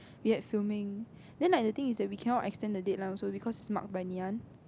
we had filming then like the thing is that we cannot extend the deadline also because it's marked by Ngee-Ann